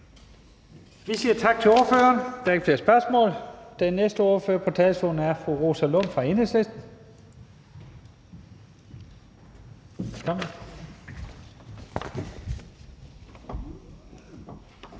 Vi siger tak til ordføreren. Der er ikke flere spørgsmål. Den næste ordfører på talerstolen er fru Rosa Lund fra Enhedslisten.